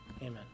Amen